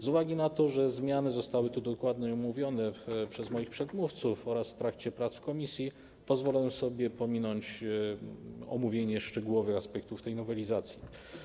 Z uwagi na to, że zmiany zostały tu dokładnie omówione przez moich przedmówców oraz w trakcie prac w komisji, pozwolę sobie pominąć omówienie szczegółowych aspektów tej nowelizacji.